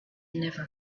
never